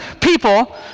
people